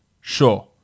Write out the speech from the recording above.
Sure